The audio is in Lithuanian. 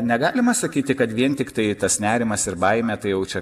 negalima sakyti kad vien tiktai tas nerimas ir baimė tai jau čia